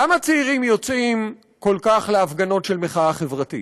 למה צעירים יוצאים כל כך להפגנות של מחאה חברתית?